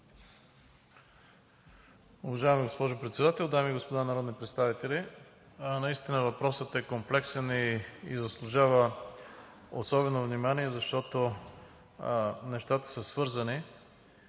Уважаема госпожо Председател, дами и господа народни представители! Наистина въпросът е комплексен и заслужава особено внимание, защото нещата са свързани